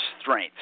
strengths